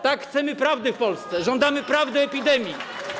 Tak, chcemy prawdy w Polsce, żądamy prawdy o epidemii.